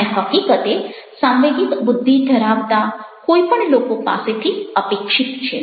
અને હકીકતે સાંવેગિક બુદ્ધિ ધરાવતા કોઈ પણ લોકો પાસેથી અપેક્ષિત છે